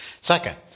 Second